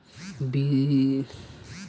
बिसुखी भैंस के खुराक का होखे?